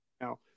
now